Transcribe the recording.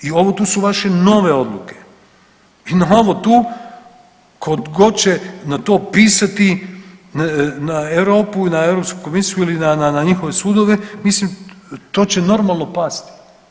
I ovo tu su vaše nove odluke i na ovo tu tko god će na ovo to pisati na Europu, na Europsku komisiju ili na njihove sudove mislim to će normalo pasti.